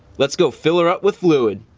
let's go fill er up with fluid.